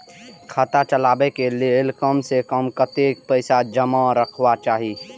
खाता चलावै कै लैल कम से कम कतेक पैसा जमा रखवा चाहि